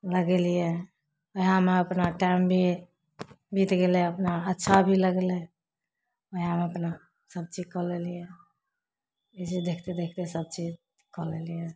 लगेलियै ओहिमे अपना टाइम भी बीत गेलै अपना अच्छा भी लगलै ओहिमे अपना सभचीजके लेलियै ई चीज देखते देखते सभचीजके लेलियै